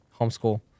homeschool